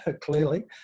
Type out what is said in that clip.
clearly